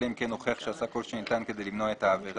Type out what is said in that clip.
אלא אם כן הוכיח שעשה כל שניתן כדי למנוע את העבירה.